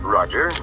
Roger